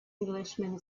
englishman